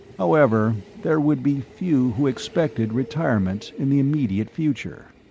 however, there would be few who expected retirement in the immediate future.